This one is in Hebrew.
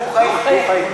דו-חיים.